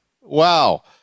wow